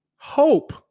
Hope